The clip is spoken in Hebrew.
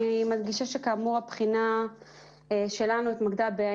אני מדגישה שכאמור הבחינה שלנו התמקדה בשאלה